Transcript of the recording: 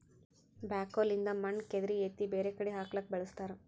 backhoe ಲಿಂದ್ ಮಣ್ಣ್ ಕೆದರಿ ಎತ್ತಿ ಬ್ಯಾರೆ ಕಡಿ ಹಾಕ್ಲಕ್ಕ್ ಬಳಸ್ತಾರ